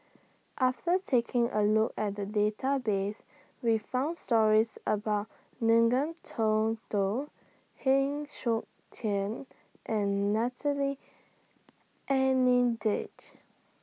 after taking A Look At The Database We found stories about Ngiam Tong Dow Heng Siok Tian and Natalie Hennedige